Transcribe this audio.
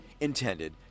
intended